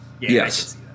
Yes